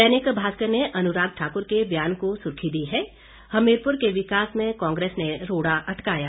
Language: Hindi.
दैनिक भास्कर ने अनुराग ठाकुर के बयान को सुर्खी दी है हमीरपुर के विकास में कांग्रेस ने रोड़ा अटकाया